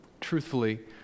Truthfully